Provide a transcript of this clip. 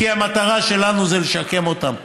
כי המטרה שלנו זה לשקם אותם.